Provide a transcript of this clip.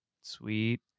Sweet